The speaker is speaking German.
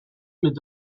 mit